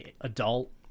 adult